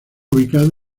ubicado